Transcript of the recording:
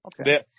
Okay